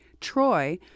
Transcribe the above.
Troy